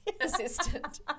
assistant